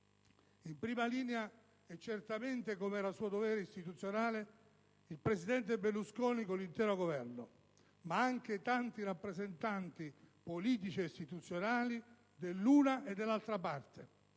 In prima linea, come certamente era suo dovere istituzionale, il presidente Berlusconi con l'intero Governo, ma anche tanti rappresentanti politici ed istituzionali dell'una e dell'altra parte,